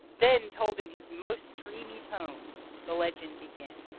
then, told in his most dreamy tones, the legend begins.